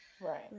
Right